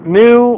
new